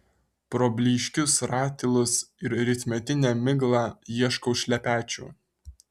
pro blyškius ratilus ir rytmetinę miglą ieškau šlepečių